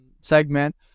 segment